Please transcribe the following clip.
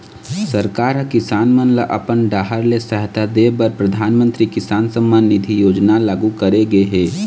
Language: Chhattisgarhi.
सरकार ह किसान मन ल अपन डाहर ले सहायता दे बर परधानमंतरी किसान सम्मान निधि योजना लागू करे गे हे